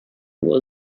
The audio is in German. nur